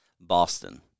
Boston